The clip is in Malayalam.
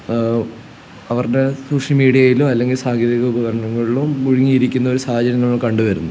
അവരുടെ സോഷ്യൽ മീഡിയേലോ അല്ലെങ്കില് സാങ്കേതിക ഉപകാരണങ്ങളിലോ മുഴുങ്ങിയിരിക്കുന്നൊരു സാഹചര്യങ്ങൾ കണ്ടുവരുന്നു